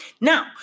Now